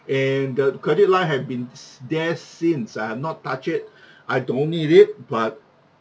and the credit line have been s~ there since I have not touch it I don't need it but